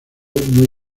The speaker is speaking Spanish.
muy